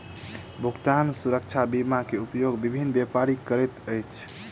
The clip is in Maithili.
भुगतान सुरक्षा बीमा के उपयोग विभिन्न व्यापारी करैत अछि